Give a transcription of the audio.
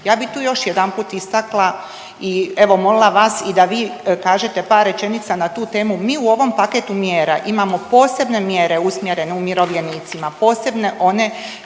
Ja bih tu još jedanput istakla i molila vas i da vi kažete par rečenica na tu temu. Mi u ovom paketu mjera imamo posebne mjere usmjerene umirovljenicima, posebno on